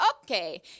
okay